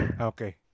Okay